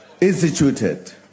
instituted